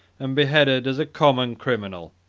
and beheaded as a common criminal,